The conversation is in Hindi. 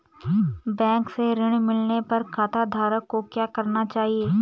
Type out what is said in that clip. बैंक से ऋण मिलने पर खाताधारक को क्या करना चाहिए?